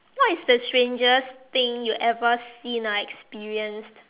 what is the strangest thing you ever seen or experienced